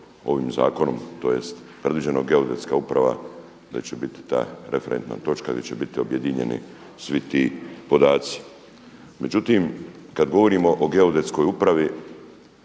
ovim zakonom, tj. predviđeno Geodetska uprava da će biti ta referentna točka gdje će biti objedinjeni svi ti podaci. Međutim, kad govorimo o Geodetskoj upravi,